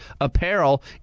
apparel